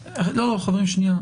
חברים,